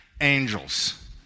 angels